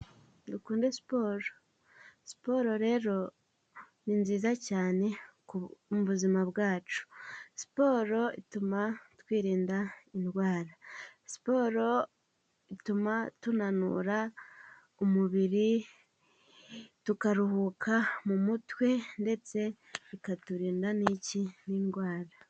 Dukunde siporo. Siporo rero, ni nziza cyane mu buzima bwacu, siporo ituma twirinda indwara, siporo ituma tunanura umubiri, tukaruhuka mu mutwe, ndetse bikaturinda n'iki ? N'indwara.